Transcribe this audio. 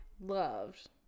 loved